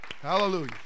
Hallelujah